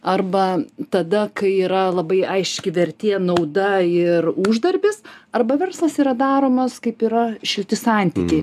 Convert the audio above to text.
arba tada kai yra labai aiški vertė nauda ir uždarbis arba verslas yra daromas kaip yra šilti santykiai